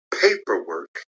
paperwork